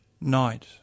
night